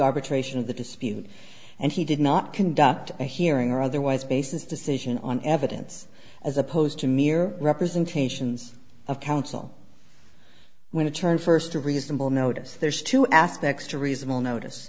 arbitration of the dispute and he did not conduct a hearing or otherwise basis decision on evidence as opposed to mere representations of counsel when it turned first to reasonable notice there's two aspects to reasonable notice